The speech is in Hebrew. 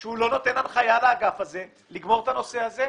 שהוא לא נותן הנחיה לאגף הזה לגמור את הנושא הזה.